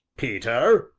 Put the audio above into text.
peter?